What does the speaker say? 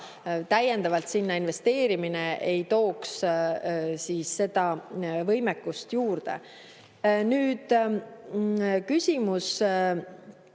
Täiendavalt sinna investeerimine ei tooks seda võimekust juurde. Nüüd küsimus,